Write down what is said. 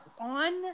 on